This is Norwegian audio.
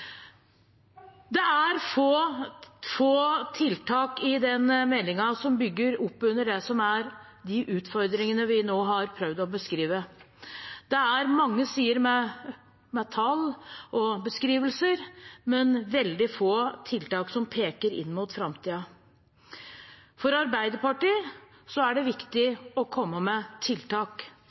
Det er få tiltak i denne meldingen som bygger opp under det som er de utfordringene vi nå har prøvd å beskrive. Det er mange sider med tall og beskrivelser, men veldig få tiltak som peker mot framtiden. For Arbeiderpartiet er det viktig å komme med tiltak.